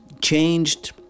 changed